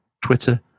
Twitter